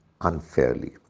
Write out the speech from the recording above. unfairly